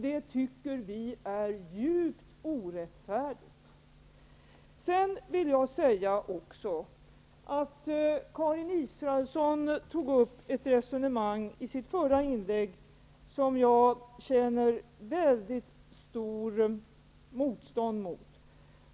Det tycker vi är djupt orättfärdigt. Karin Israelsson tog i sitt förra inlägg upp ett resonemang som jag känner ett mycket stort motstånd mot.